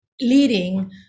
leading